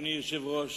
אדוני היושב-ראש,